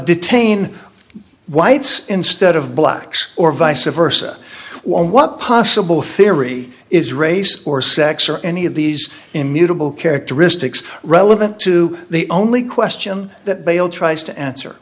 detain whites instead of blacks or vice versa what possible theory is race or sex or any of these immutable characteristics relevant to the only question that bale tries to answer